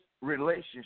relationship